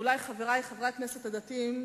ואולי חברי חברי הכנסת הדתיים,